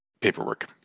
paperwork